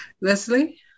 Leslie